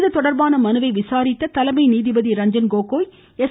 இதுதொடர்பான மனுவை விசாரித்த தலைமை நீதிபதி ரஞ்சன்கோகோய் எஸ்